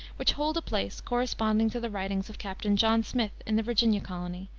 which hold a place corresponding to the writings of captain john smith in the virginia colony,